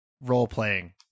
role-playing